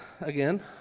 again